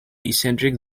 eccentric